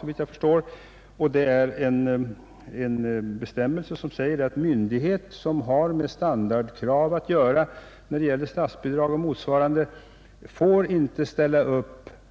Den innehåller en bestämmelse som säger att myndighet som har med standardkrav att göra när det gäller statsbidrag eller motsvarande inte får utfärda